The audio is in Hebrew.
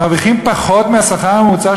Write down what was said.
מרוויחים פחות מהשכר הממוצע,